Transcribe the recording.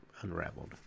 unraveled